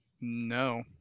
No